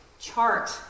chart